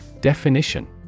Definition